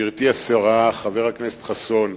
גברתי השרה, חבר הכנסת חסון,